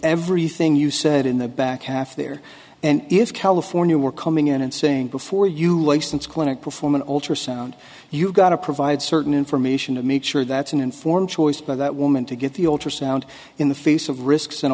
everything you said in the back half there and if california were coming in and saying before you license clinic perform an ultrasound you've got to provide certain information to make sure that's an informed choice but that woman to get the ultrasound in the face of risks and